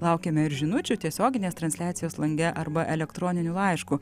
laukiame ir žinučių tiesioginės transliacijos lange arba elektroniniu laišku